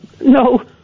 No